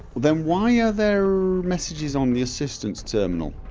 then why are their messages on the assistant's terminal?